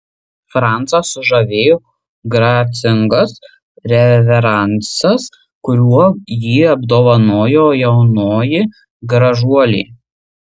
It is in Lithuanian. francą sužavėjo gracingas reveransas kuriuo jį apdovanojo jaunoji gražuolė